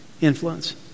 influence